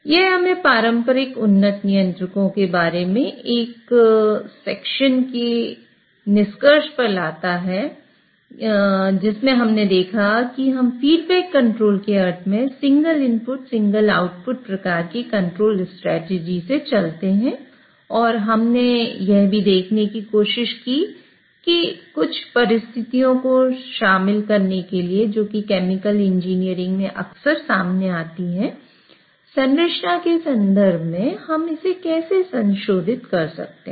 यह हमें पारंपरिक उन्नत नियंत्रकों प्रकार की कंट्रोल स्ट्रेटजी से चलते हैं और हमने यह भी देखने की कोशिश की कि कुछ परिस्थितियों को शामिल करने के लिए जोकि केमिकल इंजीनियरिंग में अक्सर सामने आती हैं संरचना के संदर्भ में हम इसे कैसे संशोधित कर सकते हैं